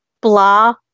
blah